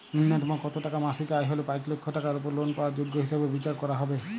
ন্যুনতম কত টাকা মাসিক আয় হলে পাঁচ লক্ষ টাকার উপর লোন পাওয়ার যোগ্য হিসেবে বিচার করা হবে?